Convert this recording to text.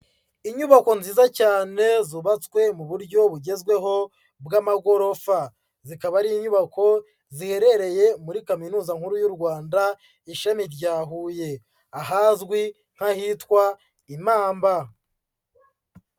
Inyubako nziza cyane zubatswe mu buryo bugezweho bw'amagorofa. Zikaba ari inyubako ziherereye muri kaminuza nkuru y'u Rwanda ishami rya Huye, ahazwi nk'ahitwa i Mamba.